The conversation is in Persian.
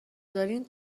دارین